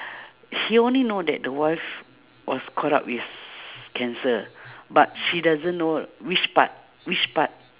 he only know that the wife was caught up with s~ cancer but she doesn't know which part which part